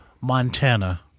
Montana